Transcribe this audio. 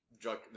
drug